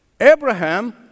Abraham